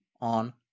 on